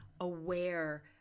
aware